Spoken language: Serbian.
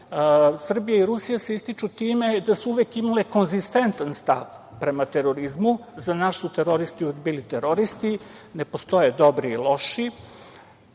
Srbija i Rusija se ističu time da su uvek imale konzistentan stav prema terorizmu. Za nas su teroristi uvek bili teroristi, ne postoje dobri i loši. Sami